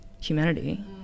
humanity